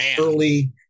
early